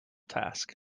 task